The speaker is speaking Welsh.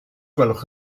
gwelwch